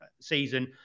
season